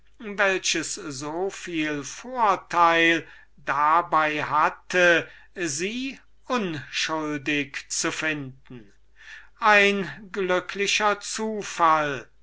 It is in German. welches so viel vorteil dabei hatte sie unschuldig zu finden auszulöschen ein glücklicher